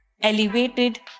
Elevated